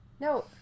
No